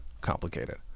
complicated